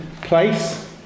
place